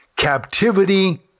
Captivity